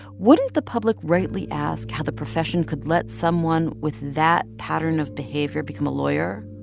wouldn't the public rightly ask how the profession could let someone with that pattern of behavior become a lawyer?